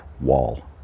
wall